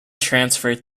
transferred